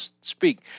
speak